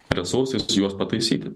resursais juos pataisyti